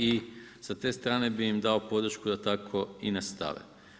I sa te strane bi im dao podršku da tako i nastave.